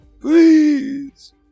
Please